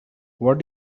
what